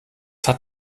hat